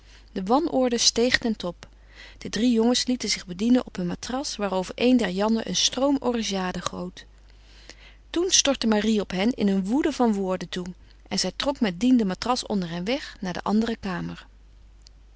de wanorde steeg ten top de drie jongens lieten zich bedienen op hun matras waarover een der jannen een stroom orgeade goot toen stortte marie op hen in een woede van woorden toe en zij trok met dien de matras onder hen weg naar de andere kamer